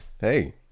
hey